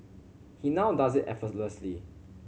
he now does it effortlessly